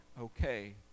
okay